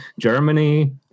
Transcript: Germany